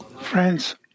Friends